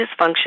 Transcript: dysfunction